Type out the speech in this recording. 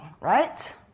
right